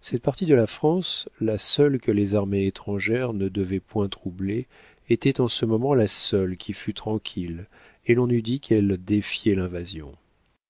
cette partie de la france la seule que les armées étrangères ne devaient point troubler était en ce moment la seule qui fût tranquille et l'on eût dit qu'elle défiait l'invasion